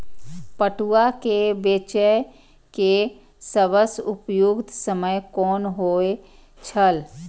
पटुआ केय बेचय केय सबसं उपयुक्त समय कोन होय छल?